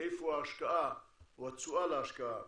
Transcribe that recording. איפה ההשקעה או התשואה להשקעה